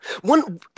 one